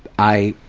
i,